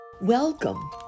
Welcome